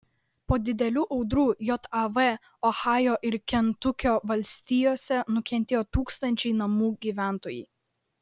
po didelių audrų jav ohajo ir kentukio valstijose nukentėjo tūkstančiai namų gyventojai